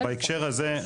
בהקשר הזה,